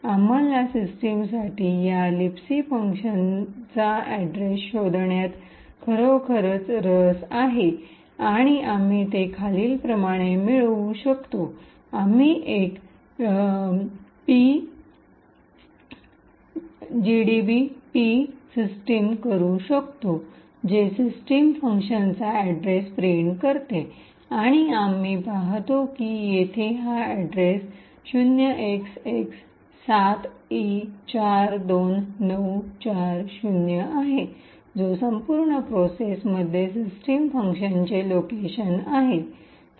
आम्हाला सिस्टमसाठी या लिबसी फंक्शनचा अड्रेस शोधण्यात खरोखरच रस आहे आणि आम्ही ते खालीलप्रमाणे मिळवू शकतो आम्ही एक gdb p सिस्टीम करू शकतो जे सिस्टम फंक्शनचा अड्रेस प्रिंट करते आणि आम्ही पाहतो की येथे हा अड्रेस 0XX7E42940 आहे जो संपूर्ण प्रोसेस मध्ये सिस्टम फंक्शनचे लोकेशन आहे